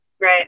Right